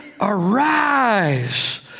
arise